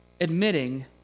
admitting